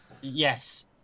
Yes